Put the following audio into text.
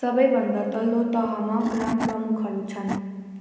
सबैभन्दा तल्लो तहमा ग्राम प्रमुखहरू छन्